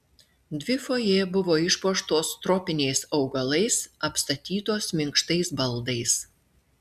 dvi fojė buvo išpuoštos tropiniais augalais apstatytos minkštais baldais